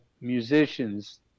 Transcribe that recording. musicians